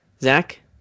Zach